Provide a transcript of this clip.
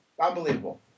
Unbelievable